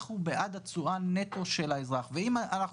אנחנו בעד התשואה נטו של האזרח ואם אנחנו